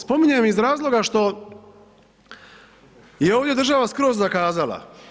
Spominjem iz razloga što je ovdje država skroz zakazala.